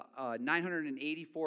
984